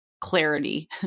clarity